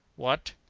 what?